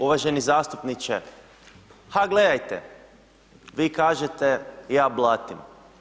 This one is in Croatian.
Uvaženi zastupniče, ha gledajte, vi kažete, ja blatim.